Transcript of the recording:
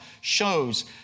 shows